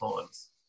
times